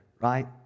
right